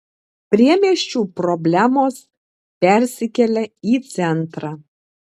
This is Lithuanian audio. priemiesčių problemos persikelia į centrą